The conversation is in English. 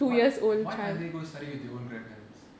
what why can't they go study with their own grandparents